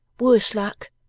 worse luck